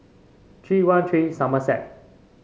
three one three Somerset